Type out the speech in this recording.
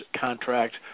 contract